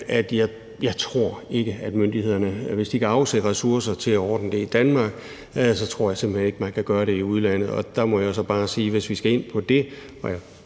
osv. Hvis myndighederne kan afsætte ressourcer til at ordne det i Danmark, tror jeg simpelt hen ikke, man kan gøre det i udlandet. Der må jeg så bare sige, at hvis vi skal ind på det